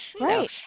right